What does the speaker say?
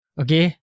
Okay